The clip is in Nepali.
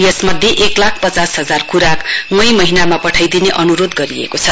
यस मध्ये एक लाख पचास हजार खुराक मई महीनामा पठाइदिने अनुरोध गरिएको छ